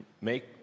make